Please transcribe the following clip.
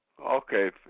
okay